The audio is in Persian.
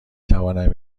توانم